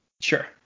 Sure